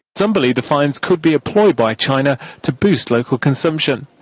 some believe the fines could be a ploy by china to boost local consumption.